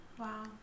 Wow